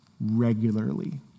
regularly